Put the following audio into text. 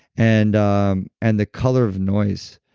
and um and the color of noise.